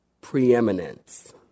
preeminence